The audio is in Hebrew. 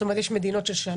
זאת אומרת שיש מדינות ששנה,